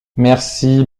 merci